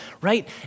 right